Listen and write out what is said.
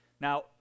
Now